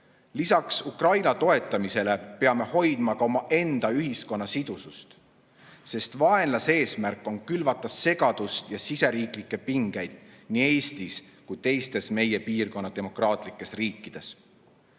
Lisaks Ukraina toetamisele peame hoidma omaenda ühiskonna sidusust, sest vaenlase eesmärk on külvata segadust ja pingeid nii Eestis kui ka teistes meie piirkonna demokraatlikes riikides.